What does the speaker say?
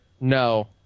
No